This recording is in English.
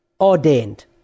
ordained